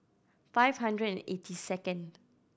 five hundred and eighty second